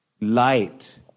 light